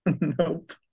nope